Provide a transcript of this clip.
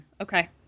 Okay